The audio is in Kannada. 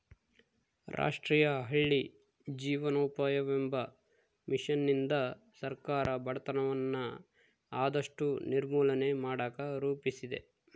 ರಾಷ್ಟ್ರೀಯ ಹಳ್ಳಿ ಜೀವನೋಪಾಯವೆಂಬ ಮಿಷನ್ನಿಂದ ಸರ್ಕಾರ ಬಡತನವನ್ನ ಆದಷ್ಟು ನಿರ್ಮೂಲನೆ ಮಾಡಕ ರೂಪಿಸಿದೆ